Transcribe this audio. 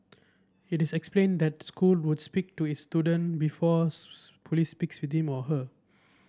it explained that school would speak to its student before police speaks with him or her